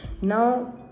now